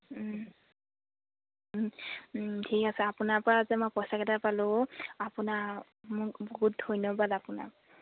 ঠিক আছে আপোনাৰ পৰা যে মই পইচাকেইটা পালোঁ আপোনাক মোক বহুত ধন্যবাদ আপোনাক